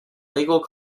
legal